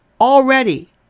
already